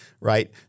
right